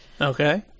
Okay